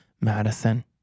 Madison